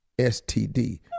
STD